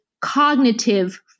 cognitive